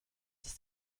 ist